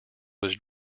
was